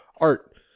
art